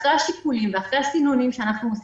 ואחרי השיקולים ואחרי הסינונים שאנחנו עושים